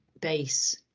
base